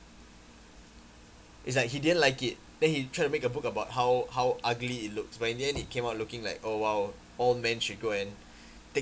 is like he didn't like it then he try to make a book about how how ugly it looks but in the end it came out looking like oh !wow! all men should go and take